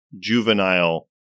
juvenile